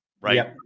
right